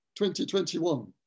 2021